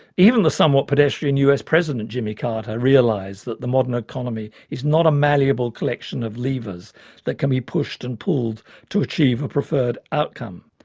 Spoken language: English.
even the somewhat pedestrian us president jimmy carter realised that the modern economy is not a malleable collection of levers that can be pushed and pulled to achieve a preferred outcome.